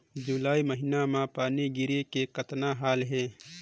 जुलाई महीना म पानी गिरे के कतना हाल हे?